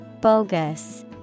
Bogus